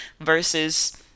versus